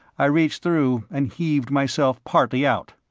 i reached through and heaved myself partly out.